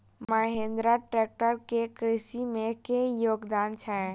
Mahindra tractor केँ कृषि मे की योगदान छै?